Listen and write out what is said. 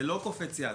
זה לא "קופץ" יד,